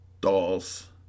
dolls